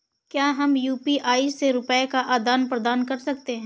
क्या हम यू.पी.आई से रुपये का आदान प्रदान कर सकते हैं?